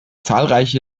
zahlreiche